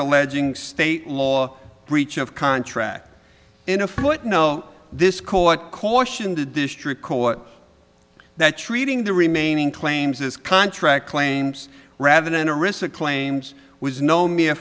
alleging state law breach of contract in a foot no this court cautioned the district court that treating the remaining claims as contract claims rather than a receipt claims was no me a